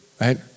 Right